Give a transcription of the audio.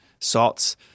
salts